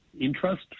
interest